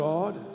God